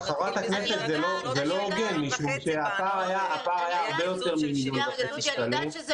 אבל ח"כ -- אני יודעת אני יודעת ---- זה לא